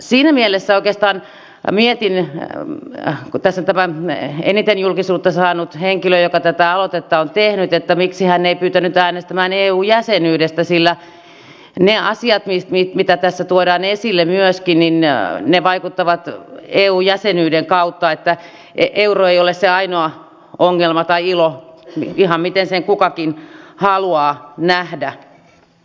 siinä mielessä oikeastaan mietin kun tässä on tämä eniten julkisuutta saanut henkilö joka tätä aloitetta on tehnyt miksi hän ei pyytänyt äänestämään eu jäsenyydestä sillä ne asiat mitä tässä tuodaan esille myöskin vaikuttavat eu jäsenyyden kautta niin että euro ei ole se ainoa ongelma tai ilo ihan miten sen kukakin haluaa nähdä